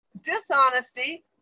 dishonesty